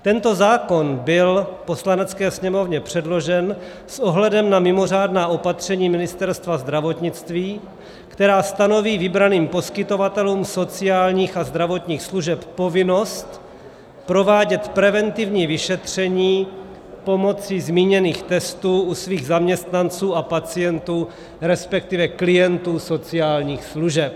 Tento zákon byl Poslanecké sněmovně předložen s ohledem na mimořádná opatření Ministerstva zdravotnictví, která stanoví vybraným poskytovatelům sociálních a zdravotních služeb povinnost provádět preventivní vyšetření pomocí zmíněných testů u svých zaměstnanců a pacientů, resp. klientů sociálních služeb.